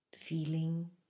Feeling